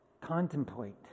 Contemplate